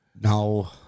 no